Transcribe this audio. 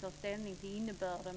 har hunnit ta ställning till innebörden i.